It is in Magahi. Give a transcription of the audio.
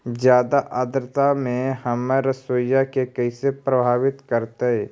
जादा आद्रता में हमर सरसोईय के कैसे प्रभावित करतई?